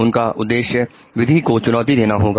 उनका उद्देश्य विधि को चुनौती देना होगा